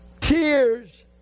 tears